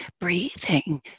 breathing